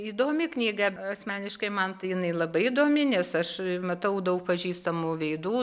įdomi knyga asmeniškai man tai jinai labai įdomi nes aš matau daug pažįstamų veidų